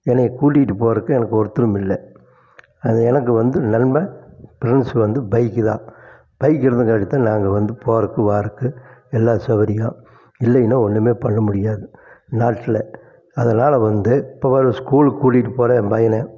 என்னைய கூட்டிகிட்டு போறக்கு எனக்கு ஒருத்தரும் இல்லை அது எனக்கு வந்து நண்பன் ஃப்ரென்ட்ஸ்ஸு வந்து பைக்கு தான் பைக்கு இருந்தங்காட்டி தான் நாங்கள் வந்து போகறக்கு வாரக்கு எல்லா சௌரியம் இல்லையினா ஒன்றுமே பண்ண முடியாது நாட்டில் அதனால் வந்து ஸ்கூல்க்கு கூட்டிகிட்டு போறேன் என் பையனை